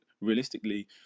realistically